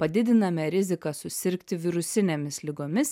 padidiname riziką susirgti virusinėmis ligomis